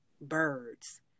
birds